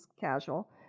casual